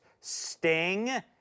Sting